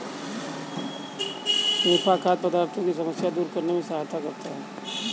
निफा खाद्य पदार्थों की समस्या दूर करने में सहायता करता है